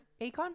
Akon